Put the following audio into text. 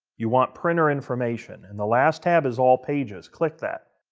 you want printer information. and the last tab is all pages. click that.